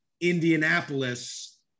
Indianapolis